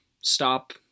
stop